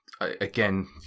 again